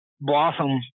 blossom